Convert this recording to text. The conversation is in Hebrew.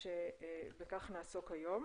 ובכך נעסוק היום.